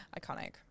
Iconic